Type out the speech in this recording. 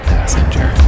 Passenger